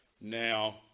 Now